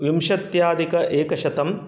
विंशत्यधिक एक शतं